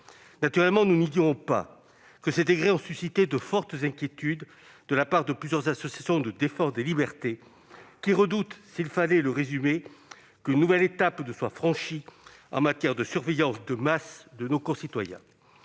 Naturellement, nous n'ignorons pas que ces décrets ont suscité de fortes inquiétudes de la part de plusieurs associations de défense des libertés, qui redoutent, pour résumer, qu'une nouvelle étape ne soit franchie en matière de surveillance de masse de nos concitoyens.